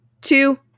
two